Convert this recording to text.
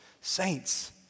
saints